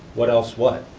what else what?